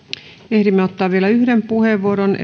ehdimme ottaa vielä yhden puheenvuoron